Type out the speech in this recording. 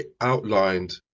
outlined